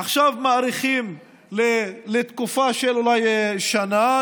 עכשיו מאריכים אולי לתקופה של שנה,